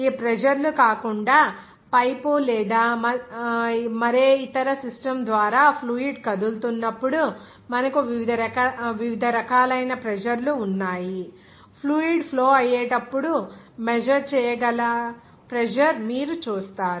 ఈ ప్రెజర్ లు కాకుండా పైపు లేదా మరే ఇతర సిస్టమ్ ద్వారా ఫ్లూయిడ్ కదులుతున్నప్పుడు మనకు వివిధ రకాలైన ప్రెజర్ లు ఉన్నాయి ఫ్లూయిడ్ ఫ్లో అయ్యేటప్పుడు మెజర్ చేయగల ప్రెజర్ మీరు చూస్తారు